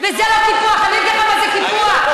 זאת חקיקה פרסונלית, אמרת בוועדה.